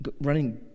running